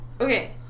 Okay